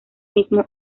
mismo